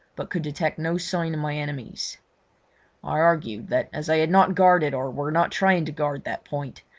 but could detect no sign of my enemies. i argued that as they had not guarded or were not trying to guard that point,